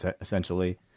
essentially